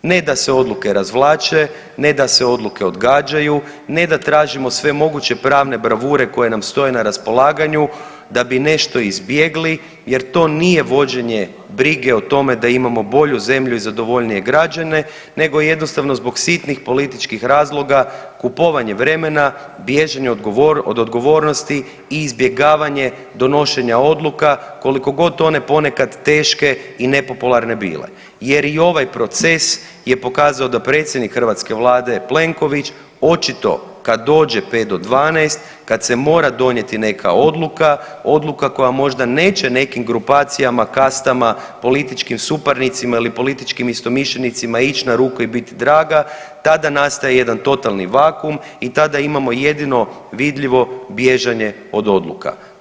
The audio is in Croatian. Ne da se odluke razvlače, ne da se odluke odgađaju, ne da tražimo sve moguće pravne bravure koje nam stoje na raspolaganju da bi nešto izbjegli jer to nije vođenje brige o tome da imamo bolju zemlju i zadovoljnije građane nego jednostavno zbog sitnih političkih razloga kupovanje vremena, bježanje od odgovornosti i izbjegavanje donošenja odluka koliko god one ponekad teške i nepopularne bile jer i ovaj proces je pokazao da predsjednik hrvatske Vlade Plenković očito kad dođe 5 do 12, kad se mora donijeti neka odluka, odluka koja možda neće nekim grupacijama, kastama, političkim suparnicima ili političkim istomišljenicima ići na ruku i biti draga tada nastaje jedan totalni vakum i tada imamo jedino vidljivo bježanje od odluka.